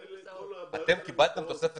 אתם קיבלתם תוספת תקציב?